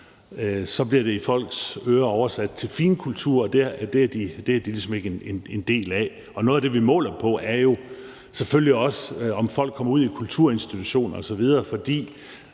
så bliver det i folks ører oversat til finkultur, og at det er de ligesom ikke en del af. Noget af det, vi måler på, er jo selvfølgelig også, om folk kommer ud i kulturinstitutioner osv.,